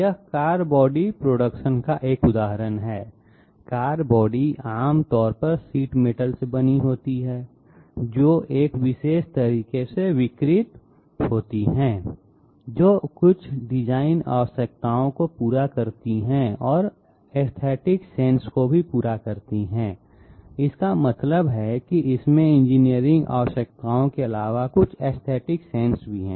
यह car body production का एक उदाहरण है कार बॉडी आम तौर पर शीट मेटल से बनी होती है जो एक विशेष तरीके से विकृत होती है जो कुछ डिज़ाइन आवश्यकताओं को पूरा करती है और हमारी एसथेटिक सेंस को भी पूरा करती है इसका मतलब कि इसमें इंजीनियरिंग आवश्यकताओं के अलावा कुछ एसथेटिक सेंस भी हैं